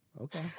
Okay